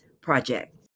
project